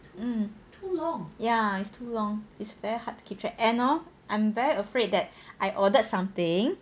um ya it's too long it's very hard to keep track and hor I'm very afraid that I ordered something